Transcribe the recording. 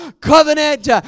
covenant